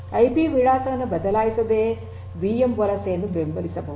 IP ವಿಳಾಸವನ್ನು ಬದಲಾಯಿಸದೆ VM ವಲಸೆಯನ್ನು ಬೆಂಬಲಿಸಬಹುದು